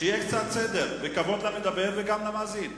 שיהיה קצת סדר וכבוד למדבר וגם למאזין.